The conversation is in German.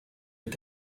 mit